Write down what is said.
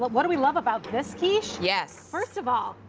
what what do we love about this quiche? yes. first of all,